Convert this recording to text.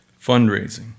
fundraising